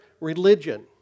religion